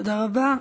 תודה רבה.